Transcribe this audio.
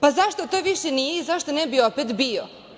Pa, zašto to više nije i zašto ne bi opet bio?